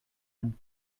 and